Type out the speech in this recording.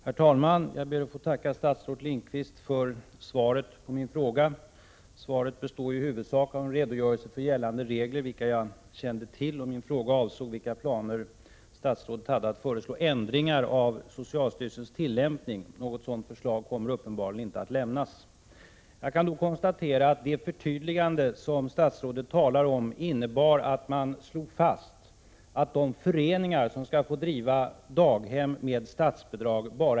Herr talman! Jag ber att få tacka statsrådet Bengt Lindqvist för svaret på min fråga. Svaret består i huvudsak av en redogörelse för gällande regler, vilka jag känner till. Min fråga avsåg vilka planer statsrådet har att föreslå ändringar i socialstyrelsens tillämpning. Något sådant förslag kommer uppenbarligen inte att lämnas. Jag kan konstatera att det förtydligande som statsrådet talar om innebar att man slog fast att det bara är etablerade föreningar som skall få driva daghem med statsbidrag.